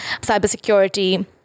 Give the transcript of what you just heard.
cybersecurity